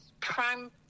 prime